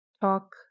Talk